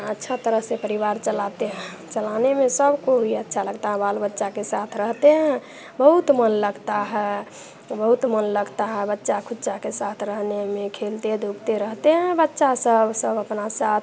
अच्छा तरह से परिवार चलाते हैं चलाने में भी सबको भी अच्छा लगता बाल बच्चा के साथ रहते हैं बहुत मन लगता है और बहुत मन लगता है बच्चा खुच्चा के साथ रहने में खेलते धूपते रहते हैं बच्चा सब सब अपना साथ